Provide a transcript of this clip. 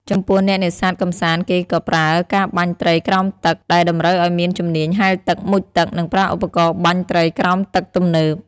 ចំពោះអ្នកនេសាទកម្សាន្ត គេក៏ប្រើ ការបាញ់ត្រីក្រោមទឹក ដែលតម្រូវឲ្យមានជំនាញហែលទឹក មុជទឹក និងប្រើឧបករណ៍បាញ់ត្រីក្រោមទឹកទំនើប។